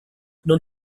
non